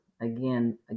Again